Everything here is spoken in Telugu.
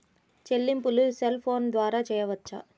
చెల్లింపులు సెల్ ఫోన్ ద్వారా చేయవచ్చా?